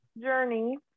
journey